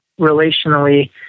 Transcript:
relationally